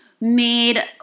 made